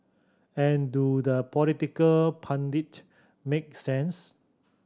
and do the political pundit make sense